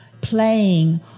playing